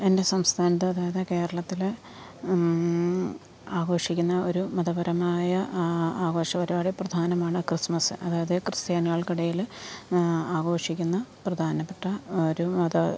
എൻ്റെ സംസ്ഥാനത്ത് അതായത് കേരളത്തിൽ ആഘോഷിക്കുന്ന ഒരു മതപരമായ ആഘോഷ പരിപാടി പ്രധാനമാണ് ക്രിസ്മസ് അതായത് ക്രിസ്ത്യാനികൾക്കിടയിൽ ആഘോഷിക്കുന്ന പ്രധാനപ്പെട്ട ഒരു മത